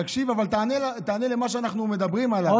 תקשיב ותענה על מה שאנחנו מדברים עליו,